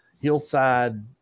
hillside